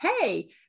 Hey